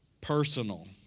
personal